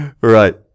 Right